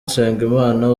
nsengimana